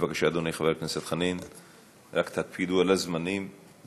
ונדרש לטיפול שקיים ברמב"ם בחיפה או באיכילוב בתל אביב,